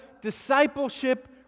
discipleship